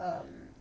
um